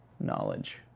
knowledge